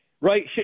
right